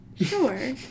Sure